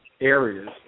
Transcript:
areas